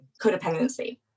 codependency